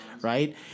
right